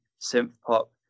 synth-pop